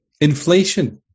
Inflation